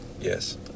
Yes